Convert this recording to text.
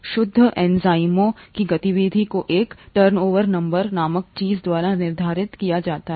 शुद्ध एंजाइमों की गतिविधि को एक टर्नओवर नंबर नामक चीज़ द्वारा निर्धारित किया जा सकता है